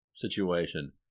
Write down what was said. situation